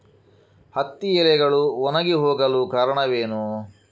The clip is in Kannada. ಹತ್ತಿ ಎಲೆಗಳು ಒಣಗಿ ಹೋಗಲು ಕಾರಣವೇನು?